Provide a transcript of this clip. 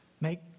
Make